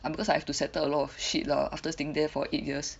because I have to settle a lot of shit lah after staying there for eight years